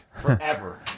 forever